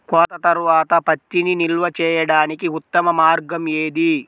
కోత తర్వాత పత్తిని నిల్వ చేయడానికి ఉత్తమ మార్గం ఏది?